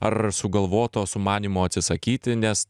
ar sugalvoto sumanymo atsisakyti nes